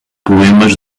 poemas